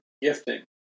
gifting